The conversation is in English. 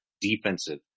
defensive